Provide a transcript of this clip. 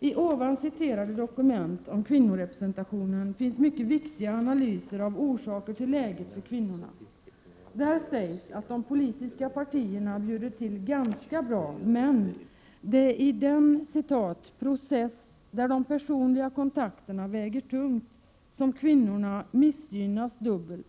I det citerade dokumentet om kvinnorepresentationen finns det mycket viktiga analyser av orsaker till läget för kvinnorna. Där sägs att de politiska partierna bjuder till ganska bra, men det är i den ”process där de personliga kontakterna väger tungt”, som ”kvinnor missgynnas dubbelt”.